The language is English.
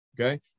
okay